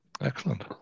excellent